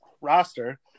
roster